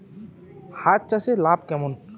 হাঁস চাষে লাভ কেমন?